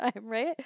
right